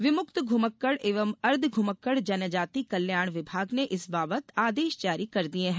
विमुक्त ध्रमक्कड़ एवं अर्द्धध्मक्कड़ जनजाति कल्याण विभाग ने इस बाबत आदेश जारी कर दिये हैं